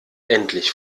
endlich